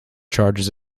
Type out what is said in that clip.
charges